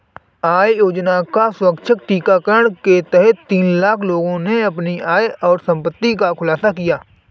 आय योजना का स्वैच्छिक प्रकटीकरण के तहत तीन लाख लोगों ने अपनी आय और संपत्ति का खुलासा किया